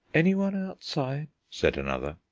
anyone outside? said another.